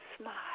smile